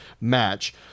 match